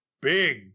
big